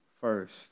first